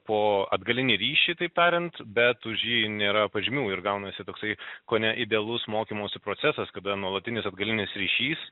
po atgalinį ryšį tai tariant bet už jį nėra pažymių ir gaunasi toksai kone idealus mokymosi procesas kada nuolatinis atgalinis ryšys